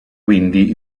quindi